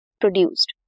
produced।